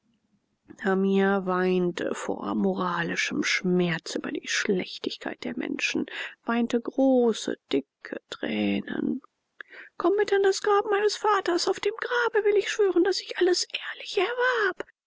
hamia weinte vor moralischem schmerz über die schlechtigkeit der menschen weinte große dicke tränen komm mit an das grab meines vaters auf dem grabe will ich schwören daß ich alles ehrlich erwarb